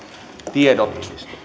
tiedot